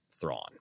Thrawn